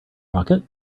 pocket